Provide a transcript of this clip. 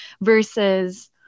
versus